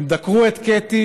הם דקרו את קטי